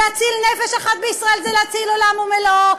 להציל נפש אחת בישראל זה להציל עולם ומלואו.